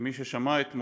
כמי ששמע אתמול,